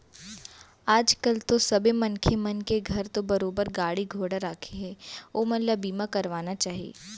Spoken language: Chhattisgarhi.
आज कल तो सबे मनखे मन के घर तो बरोबर गाड़ी घोड़ा राखें हें ओमन ल बीमा करवाना चाही